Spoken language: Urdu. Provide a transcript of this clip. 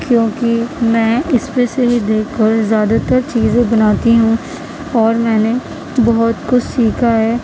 کیونکہ میں اس میں سے ہی دیکھ کر زیادہ تر چیزیں بناتی ہوں اور میں نے بہت کچھ سیکھا ہے